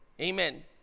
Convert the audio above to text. amen